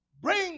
Bring